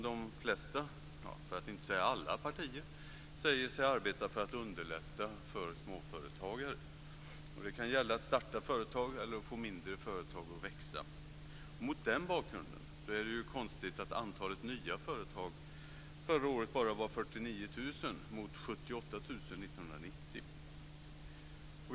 De flesta eller kanske alla partier säger sig underlätta för småföretagare. Det kan gälla startande av företag eller att få mindre företag att växa. Mot den bakgrunden är det ju konstigt att antalet nya företag förra året bara var 49 000 mot 78 000 år 1990.